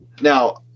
now